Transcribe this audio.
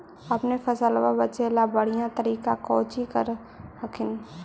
अपने फसलबा बचे ला बढ़िया तरीका कौची कर हखिन?